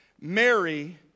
Mary